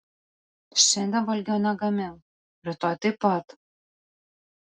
šiandien valgio negamink rytoj taip pat